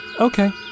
Okay